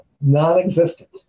non-existent